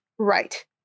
Right